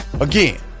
again